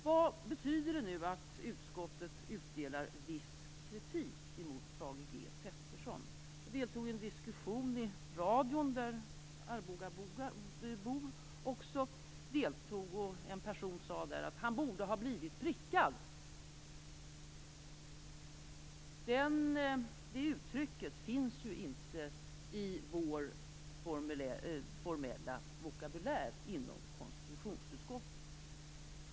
Vad betyder det nu att utskottet utdelar viss kritik mot Thage G Peterson? Jag deltog i en diskussion i radio, där arbogabor också deltog, och en person sade där att Thage G Peterson borde ha blivit prickad. Det uttrycket finns inte i vår formella vokabulär inom konstitutionsutskottet.